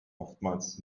oftmals